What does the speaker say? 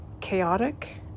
chaotic